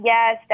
Yes